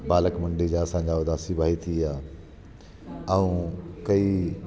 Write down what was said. बालक मंडली जा आसांजा उदासी भाई थी विया ऐं कई